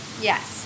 Yes